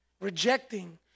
Rejecting